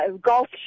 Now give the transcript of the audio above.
golf